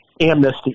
amnesty